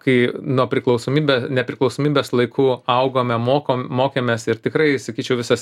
kai nuo priklausomybę nepriklausomybės laikų augome mokom mokėmės ir tikrai sakyčiau visas